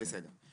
בסדר.